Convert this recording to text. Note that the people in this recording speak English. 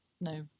no